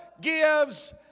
gives